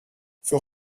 für